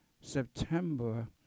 September